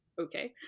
Okay